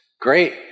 Great